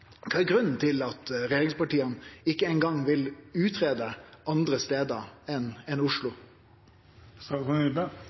Kva er grunnen til at regjeringspartia ikkje eingong vil greie ut andre stader enn Oslo?